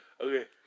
Okay